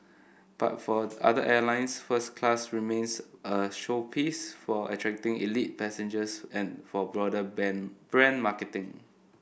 but for other airlines first class remains a showpiece for attracting elite passengers and for broader ban brand marketing